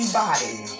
body